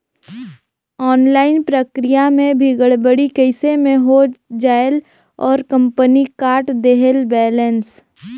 Online प्रक्रिया मे भी गड़बड़ी कइसे मे हो जायेल और कंपनी काट देहेल बैलेंस?